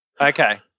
Okay